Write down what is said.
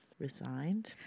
resigned